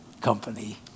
company